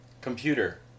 Computer